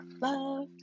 Love